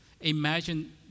Imagine